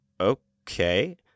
okay